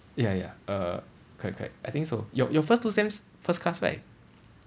ya ya err correct correct I think so your your first two sems first class right